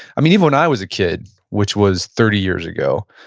um even when i was a kid, which was thirty years ago,